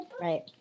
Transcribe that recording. Right